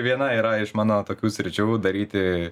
viena yra iš mano tokių sričių daryti